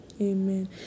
Amen